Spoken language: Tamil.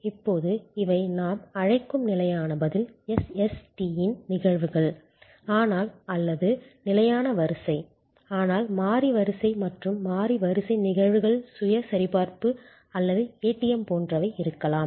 இப்போது இவை நாம் அழைக்கும் நிலையான பதில் SST இன் நிகழ்வுகள் ஆனால் அல்லது நிலையான வரிசை ஆனால் மாறி வரிசை மற்றும் மாறி வரிசை நிகழ்வுகள் சுய சரிபார்ப்பு அல்லது ATM போன்றவை இருக்கலாம்